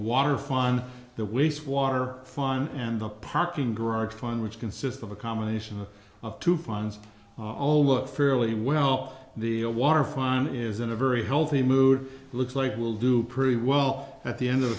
water fun the waste water fun and the parking garage fund which consists of a combination of two funds all look fairly well the water fine is in a very healthy mood looks like it will do pretty well at the end of the